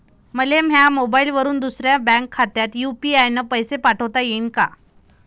मले माह्या मोबाईलवरून दुसऱ्या बँक खात्यात यू.पी.आय न पैसे पाठोता येईन काय?